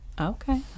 Okay